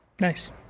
Nice